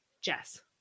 Jess